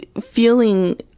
feeling